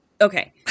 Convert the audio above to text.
Okay